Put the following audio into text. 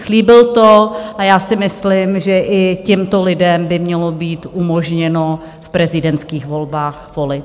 Slíbil to a já si myslím, že i těmto lidem by mělo být umožněno v prezidentských volbách volit.